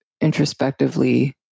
introspectively